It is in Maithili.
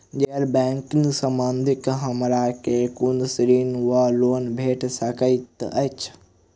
गैर बैंकिंग संबंधित हमरा केँ कुन ऋण वा लोन भेट सकैत अछि?